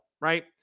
right